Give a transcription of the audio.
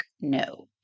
No